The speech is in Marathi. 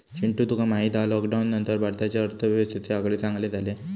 चिंटू तुका माहित हा लॉकडाउन नंतर भारताच्या अर्थव्यवस्थेचे आकडे चांगले झाले